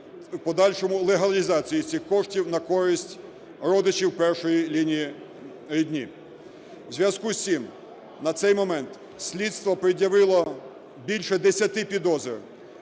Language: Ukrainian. подальшому легалізації цих коштів на користь родичів першої лінії рідні. У зв'язку з цим на цей момент слідство пред'явило більше десяти підозр